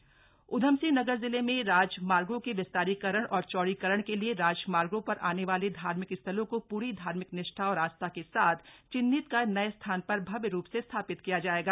राजमार्ग विस्तारीकरण उधमसिंह नगर जिले मे राजमार्गो के विस्तारीकरण और चौड़ीकरण के लिए राजमार्गो पर आने वाले धार्मिक स्थलों को पूरी धार्मिक निष्टा और आस्था के साथ चिन्हित कर नए स्थान पर भव्य रूप में स्थापित किया जाएगा